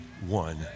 One